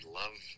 love